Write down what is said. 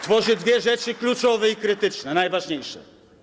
Tworzy dwie rzeczy, które są kluczowe i krytyczne, najważniejsze.